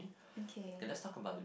okay